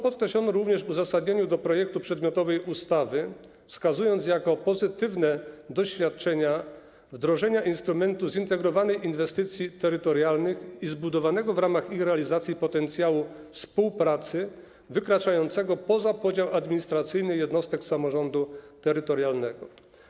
Podkreślono to również w uzasadnieniu projektu przedmiotowej ustawy, wskazując jako pozytywne doświadczenia wdrożenie instrumentu zintegrowanych inwestycji terytorialnych i zbudowanego w ramach ich realizacji potencjału współpracy wykraczającego poza podział administracyjny jednostek samorządu terytorialnego.